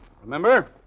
remember